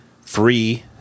free